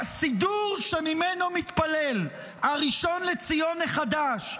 בסידור שממנו מתפלל הראשון לציון החדש,